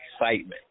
excitement